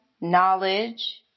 knowledge